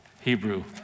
Hebrew